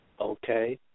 Okay